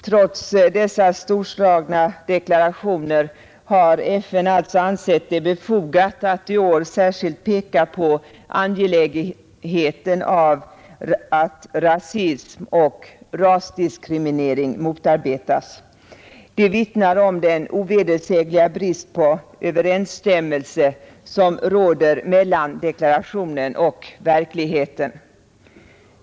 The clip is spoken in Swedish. Trots dessa storslagna deklarationer har FN alltså ansett det befogat att i år särskilt peka på angelägenheten av att rasism och rasdiskriminering motarbetas. Det vittnar om den ovedersägliga brist på överensstäm - melse som råder mellan deklarationen och verkligheten.